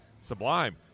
Sublime